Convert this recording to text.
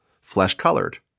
flesh-colored